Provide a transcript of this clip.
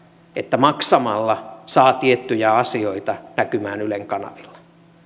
että maksamalla saa tiettyjä asioita näkymään ylen kanavilla